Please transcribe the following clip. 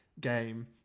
game